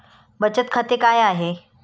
बचत खाते काय आहे?